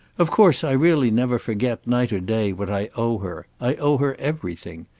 of course i really never forget, night or day, what i owe her. i owe her everything.